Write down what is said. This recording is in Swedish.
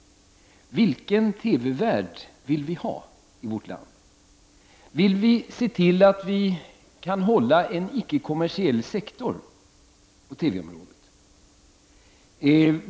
Vilken TV-värld vill vi ha i vårt land? Vill vi se till att vi kan hålla en icke-kommersiell sektor på TV området?